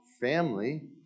family